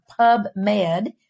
PubMed